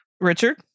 Richard